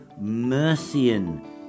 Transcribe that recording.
Mercian